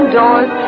doors